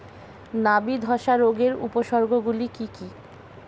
নাবি ধসা রোগের উপসর্গগুলি কি কি?